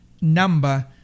number